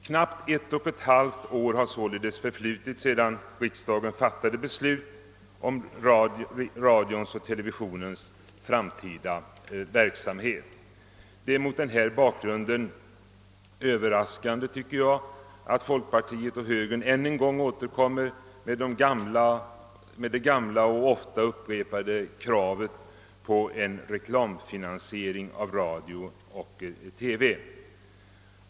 Knappt ett och ett halvt år har således förflutit sedan riksdagen fattade beslut om radions och televisionens framtida verksamhet. Det är mot denna bakgrund överraskande, tycker jag, att folkpartiet och högern än en gång återkommit med det gamla och ofta upprepade kravet på en reklamfinansiering av radio och television.